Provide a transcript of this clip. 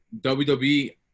WWE